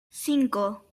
cinco